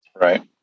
Right